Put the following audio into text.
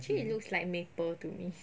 actually it looks like maple to me